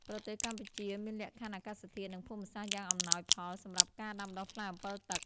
ប្រទេសកម្ពុជាមានលក្ខខណ្ឌអាកាសធាតុ និងភូមិសាស្ត្រយ៉ាងអំណោយផលសម្រាប់ការដាំដុះផ្លែអម្ពិលទឹក។